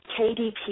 KDP